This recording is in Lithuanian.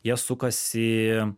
jie sukasi